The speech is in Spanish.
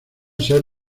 ser